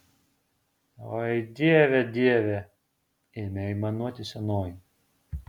oi dieve dieve ėmė aimanuoti senoji